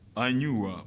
i knew